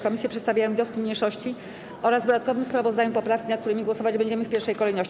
Komisje przedstawiają wnioski mniejszości oraz w dodatkowym sprawozdaniu poprawki, nad którymi głosować będziemy w pierwszej kolejności.